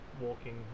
walking